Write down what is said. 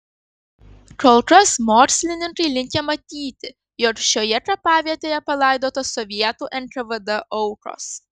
kol kas mokslininkai linkę matyti jog šioje kapavietėje palaidotos sovietų nkvd aukos